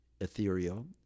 ethereal